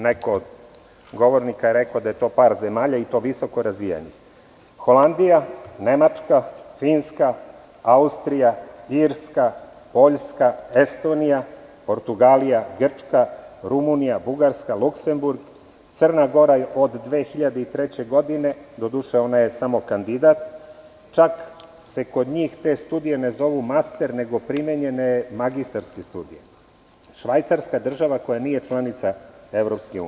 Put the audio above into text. Neko od govornika je rekao da je to par zemalja i to visoko razvijenih, Holandija, Nemačka, Finska, Austrija, Irska, Poljska, Estonija, Portugalija, Grčka, Rumunija, Bugarska, Luksemburg, Crna Gora od 2003. godine, doduše ona je samo kandidat, čak se kod njih te studije ne zovu master nego primenjene magistarske studije, zatim Švajcarska koja nije članica EU.